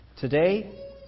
Today